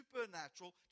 supernatural